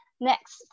Next